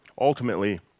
Ultimately